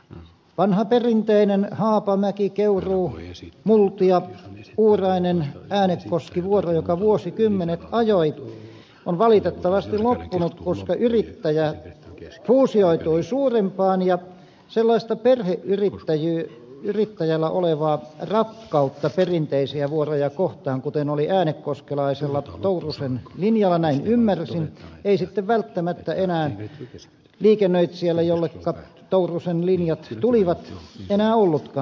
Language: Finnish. vanha perinteinen haapamäkikeuruumultiauurainenäänekoski vuoro joka vuosikymmenet ajoi on valitettavasti loppunut koska yrittäjä fuusioitui suurempaan ja sellaista perheyrittäjällä olevaa rakkautta perinteisiä vuoroja kohtaan kuten oli äänekoskelaisella tourusen linjoilla näin ymmärsin ei sitten välttämättä enää liikennöitsijällä jolleka tourusen linjat tulivat enää ollutkaan